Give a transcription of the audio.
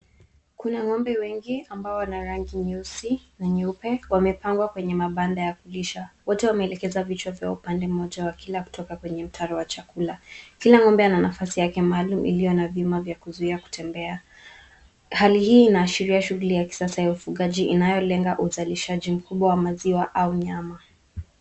Kuna ng'ombe wengi ambao wana rangi nyeusi na nyeupe wamepangwa kwenye mabanda ya kulisha. wote wameelekeza vichwa vyao pande moja wakila kutoka kwenye mtaro wa chakula. Kila ng'ombe ana nafasi yake maalum iliyo na vima vya kuzuia kutembea. Hali hii inaashiria shughuli ya kisasa ya ufugaji inayolenga uzalishaji mkubwa wa maziwa au nyama.